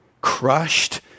crushed